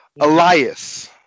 Elias